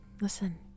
Listen